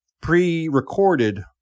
pre-recorded